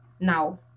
now